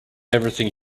everything